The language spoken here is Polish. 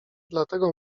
dlatego